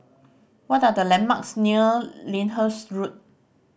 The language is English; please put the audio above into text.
what are the landmarks near Lyndhurst Road